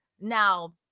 Now